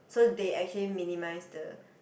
so they actually minimize the